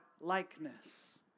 likeness